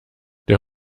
der